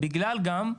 בגלל גם,